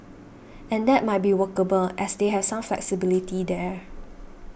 and that might be workable as they have some flexibility there